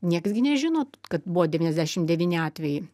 nieks gi nežinot kad buvo devyniasdešimt devyni atvejai